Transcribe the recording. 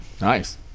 Nice